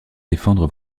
défendre